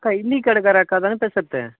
அக்கா இட்லி கடக்கார அக்காதானே பேசுகிறது